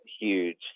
huge